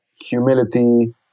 humility